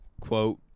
quote